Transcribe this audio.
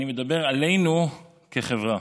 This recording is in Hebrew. אני מדבר עלינו כחברה.